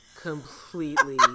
completely